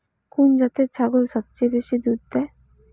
কুন জাতের ছাগল সবচেয়ে বেশি দুধ দেয়?